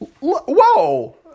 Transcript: Whoa